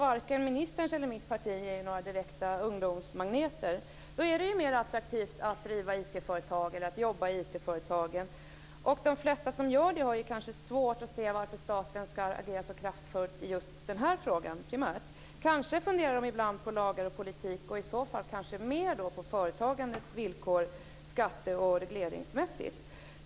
Varken ministerns parti eller mitt parti är ju direkt några ungdomsmagneter. Då är det mer attraktivt att driva IT-företag eller att jobba i IT-företag. De flesta som gör det har kanske svårt att se varför staten ska agera så kraftfullt i just den här frågan primärt. Kanske funderar de ibland på lagar och politik och i så fall kanske mer på företagandets villkor skatte och regleringsmässigt.